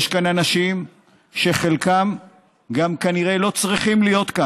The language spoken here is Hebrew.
יש כאן אנשים שחלקם גם כנראה לא צריכים להיות כאן,